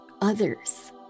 others